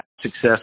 success